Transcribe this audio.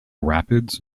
rapids